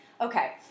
Okay